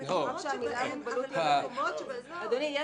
אדוני,